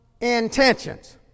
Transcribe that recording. intentions